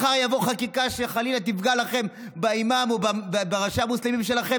מחר תבוא חקיקה שחלילה תפגע לכם באימאם או בראשי המוסלמים שלכם.